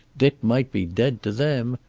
dick might be dead to them,